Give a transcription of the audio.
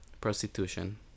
prostitution